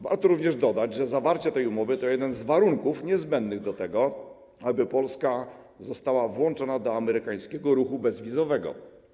Warto również dodać, że zawarcie tej umowy to jeden z warunków niezbędnych do tego, aby Polska została włączona do amerykańskiego ruchu bezwizowego.